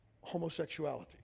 homosexuality